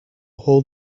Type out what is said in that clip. whole